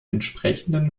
entsprechende